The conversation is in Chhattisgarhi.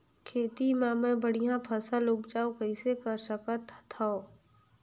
खेती म मै बढ़िया फसल उपजाऊ कइसे कर सकत थव?